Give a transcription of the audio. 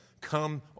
Come